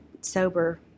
sober